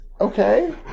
Okay